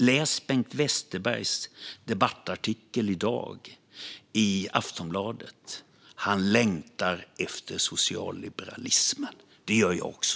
Läs Bengt Westerbergs debattartikel i Aftonbladet i dag! Han längtar efter socialliberalism. Det gör jag också.